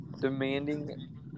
demanding